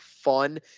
fun